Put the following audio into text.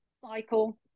cycle